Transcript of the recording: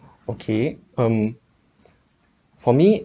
okay um for me